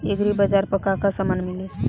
एग्रीबाजार पर का का समान मिली?